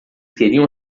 queriam